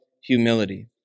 humility